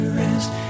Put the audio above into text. rest